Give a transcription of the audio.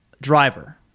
Driver